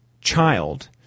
child